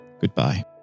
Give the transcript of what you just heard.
goodbye